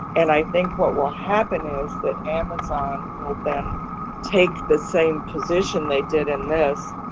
and i think what will happen is that amazon will then take the same position they did in this,